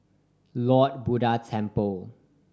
Lord Buddha Temple